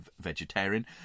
vegetarian